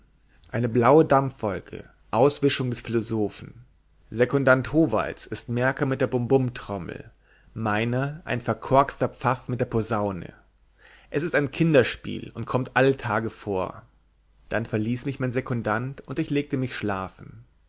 eine blaue dampfwolke auswischung des philosophen sekundant howalds ist merker mit der bumbumtrommel meiner ein verkorxter pfaff mit der posaune es ist ein kinderspiel und kommt alle tage vor dann verließ mich mein sekundant und ich legte mich schlafen